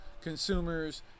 consumers